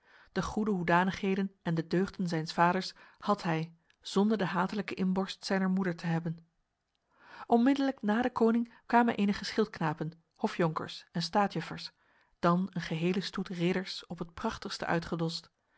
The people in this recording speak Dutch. de goede hoedanigheden en de deugden zijns vaders had hij zonder de hatelijke inborst zijner moeder te hebben onmiddellijk na de koning kwamen enige schildknapen hofjonkers en staatjuffers dan een gehele stoet ridders op het prachtigste uitgedost